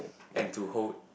and to hold